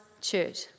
church